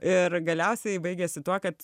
ir galiausiai baigėsi tuo kad